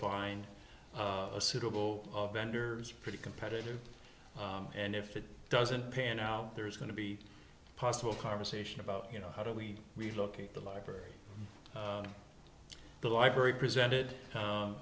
find a suitable of vendors pretty competitive and if it doesn't pan out there's going to be possible conversation about you know how do we relocate the library the library presented